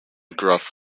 gruff